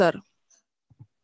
sir